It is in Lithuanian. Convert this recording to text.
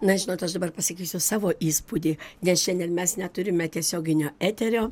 na žinot aš dabar pasakysiu savo įspūdį nes šiandien mes neturime tiesioginio eterio